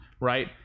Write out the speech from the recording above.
right